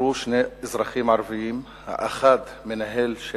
נעצרו שני אזרחים ערבים, האחד מנהל של